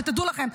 שתדעו לכם.